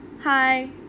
Hi